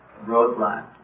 roadblock